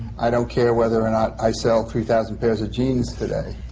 i don't care whether or not i sell three thousand pairs of jeans today.